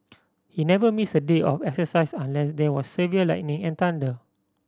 he never missed a day of exercise unless there was severe lightning and thunder